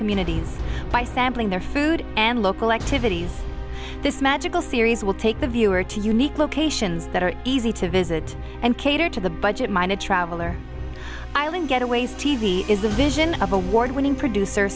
communities by sampling their food and local activities this magical series will take the viewer to unique locations that are easy to visit and cater to the budget minded traveller island getaways t v is the vision of award winning producer